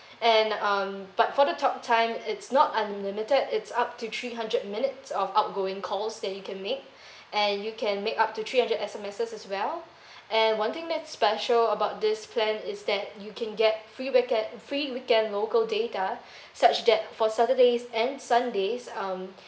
and um but for the talktime it's not unlimited it's up to three hundred minutes of outgoing calls that you can make and you can make up to three hundred S_M_Ss as well and one thing that's special about this plan is that you can get free weeke~ free weekend local data such that for saturdays and sundays